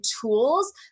tools